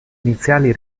iniziali